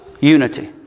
unity